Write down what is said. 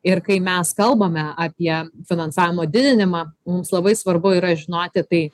ir kai mes kalbame apie finansavimo didinimą mums labai svarbu yra žinoti tai